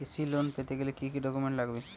কৃষি লোন পেতে গেলে কি কি ডকুমেন্ট লাগবে?